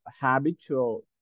habitual